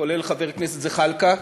כולל חבר הכנסת זחאלקה,